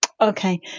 Okay